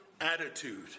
attitude